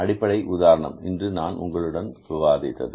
அடிப்படை உதாரணம் இன்று நான் உங்களுடன் விவாதித்தது